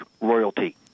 royalty